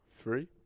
Three